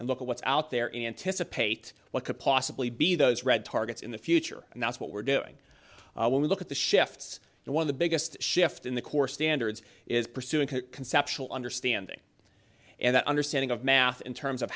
and look at what's out there anticipate what could possibly be those red targets in the future and that's what we're doing when we look at the shifts and one of the biggest shift in the core standards is pursuing conceptual understanding and understanding of math in terms of